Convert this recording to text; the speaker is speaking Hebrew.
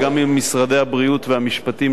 וגם עם משרדי הבריאות והמשפטים,